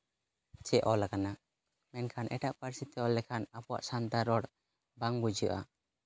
ᱪᱮᱫ ᱚᱞ ᱠᱟᱱᱟ ᱢᱮᱱᱠᱷᱟᱱ ᱮᱴᱟᱜ ᱯᱟᱹᱨᱥᱤᱛᱮ ᱚᱞ ᱞᱮᱠᱷᱟᱱ ᱟᱵᱚ ᱥᱟᱱᱛᱟᱲ ᱨᱚᱲ ᱵᱟᱝ ᱵᱩᱡᱷᱟᱹᱜᱼᱟ